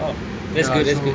oh that's good that's good